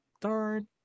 darn